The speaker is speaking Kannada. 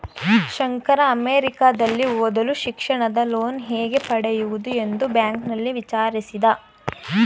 ಶಂಕರ ಅಮೆರಿಕದಲ್ಲಿ ಓದಲು ಶಿಕ್ಷಣದ ಲೋನ್ ಹೇಗೆ ಪಡೆಯುವುದು ಎಂದು ಬ್ಯಾಂಕ್ನಲ್ಲಿ ವಿಚಾರಿಸಿದ